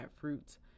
fruits